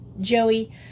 Joey